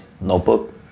notebook